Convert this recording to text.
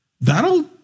That'll